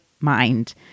mind